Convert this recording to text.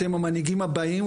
אתם המנהיגים הבאים,